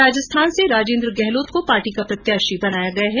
राजस्थान से राजेन्द्र गहलोत को पार्टी का प्रत्याशी बनाया गया है